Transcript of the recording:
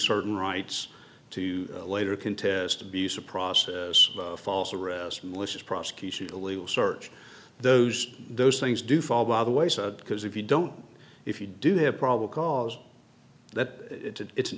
certain rights to later contest abuse of process false arrest malicious prosecution illegal search those those things do fall by the wayside because if you don't if you do have probable cause that it's an